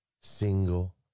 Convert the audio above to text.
single